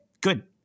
good